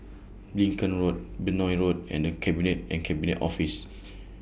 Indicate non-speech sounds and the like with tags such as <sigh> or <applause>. Lincoln Road Benoi Road and The Cabinet and Cabinet Office <noise>